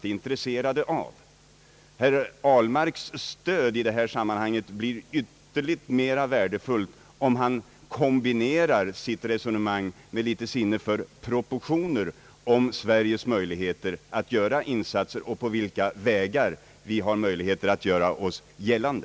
Herr Ahlmarks stöd i detta sammanhang blir ytterligt mera värdefullt, om han kombinerar sitt resonemang med sinne för proportioner när det gäller Sveriges möjligheter att göra insatser och på vilka vägar vi har möjlighet att göra oss gällande.